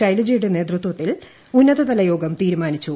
ശൈലജയുടെ നേതൃത്വത്തിൽ ഉന്നതതല യോഗം തീരുമാനിച്ചു